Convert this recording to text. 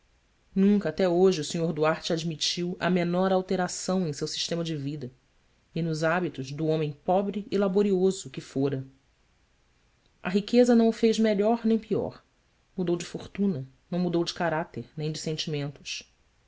nunca até hoje o sr duarte admitiu a menor alteração em seu sistema de vida e nos hábitos do homem pobre e laborioso que fora a riqueza não o fez melhor nem pior mudou de fortuna não mudou de caráter nem de sentimentos